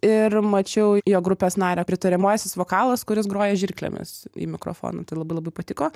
ir mačiau jo grupės nario pritariamasis vokalas kuris groja žirklėmis į mikrofoną tai labai labai patiko